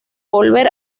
volver